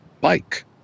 Bike